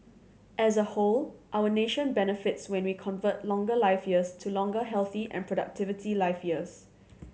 as a whole our nation benefits when we convert longer life years to longer healthy and productivity life years